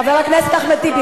חבר הכנסת אחמד טיבי,